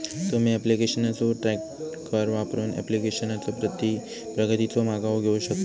तुम्ही ऍप्लिकेशनचो ट्रॅकर वापरून ऍप्लिकेशनचा प्रगतीचो मागोवा घेऊ शकता